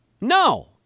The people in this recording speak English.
No